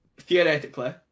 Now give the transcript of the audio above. Theoretically